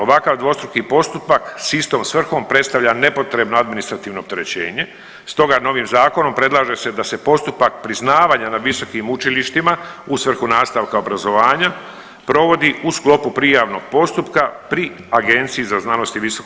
Ovakav dvostruki postupak sa istom svrhom predstavlja nepotrebno administrativno opterećenje stoga novim zakonom predlaže se da se postupak priznavanja na visokim učilištima u svrhu nastavka obrazovanja provodi u sklopu prijavnog postupka pri Agenciji za znanost i visoko